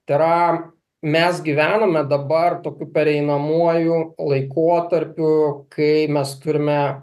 tai yra mes gyvename dabar tokiu pereinamuoju laikotarpiu kai mes turime